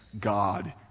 God